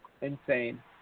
Insane